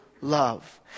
love